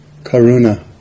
Karuna